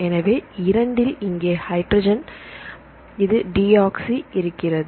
எனவே 2 இல் இங்கே ஹைட்ரஜன் இது டியோக்ஸி இருக்கிறது